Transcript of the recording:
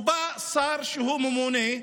ובא השר הממונה,